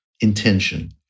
intention